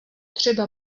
třeba